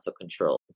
control